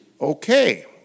Okay